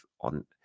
on